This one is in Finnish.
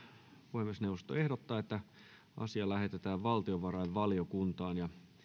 puhemiesneuvosto ehdottaa että asia lähetetään valtiovarainvaliokuntaan